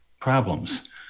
problems